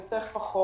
מי צריך פחות,